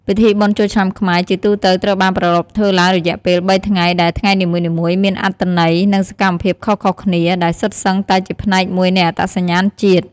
ពិធីបុណ្យចូលឆ្នាំខ្មែរ ជាទូទៅត្រូវបានប្រារព្ធធ្វើឡើង រយៈពេល ៣ ថ្ងៃ ដែលថ្ងៃនីមួយៗមានអត្ថន័យ និងសកម្មភាពខុសៗគ្នា ដែលសុទ្ធសឹងតែជាផ្នែកមួយនៃអត្តសញ្ញាណជាតិ។